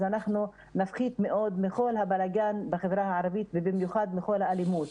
אז נפחית מאוד מכל הבלגן בחברה הערבית ובמיוחד בכל נושא האלימות.